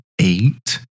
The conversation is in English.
eight